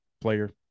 player